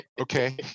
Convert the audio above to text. Okay